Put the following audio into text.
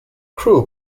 crewe